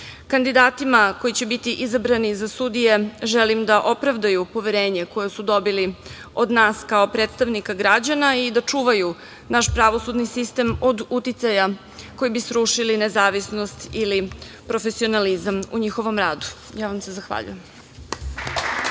sprovodimo. Kandidatima koji će biti izabrani za sudije želim da opravdaju poverenje koje su dobili od nas kao predstavnika građana i da čuvaju naš pravosudni sistem od uticaja koji bi srušili nezavisnost ili profesionalizam u njihovom radu. Hvala.